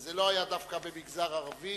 וזה לא היה דווקא במגזר הערבי,